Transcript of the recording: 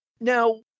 Now